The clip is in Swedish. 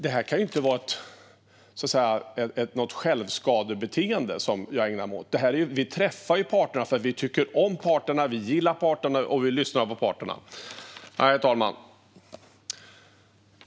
Detta kan ju inte vara ett självskadebeteende jag ägnar mig åt. Vi träffar parterna för att vi gillar parterna och lyssnar på dem. Herr talman!